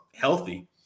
healthy